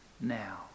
now